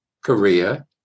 Korea